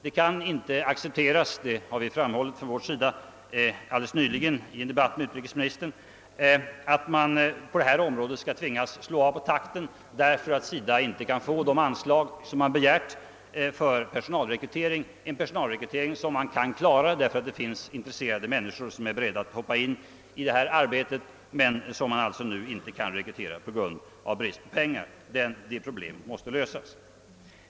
Det kan inte accepteras, vilket vi från vårt hållt framhållit alldeles nyligen i en debatt med utrikesministern, att man på detta område skall tvingas slå av på takten därför att SIDA inte kan få de anslag som man begärt för personalrekrytering. Det finns intresserade människor som är beredda att gå in i arbetet bara det går att få fram pengar. Detta problem måste lösas.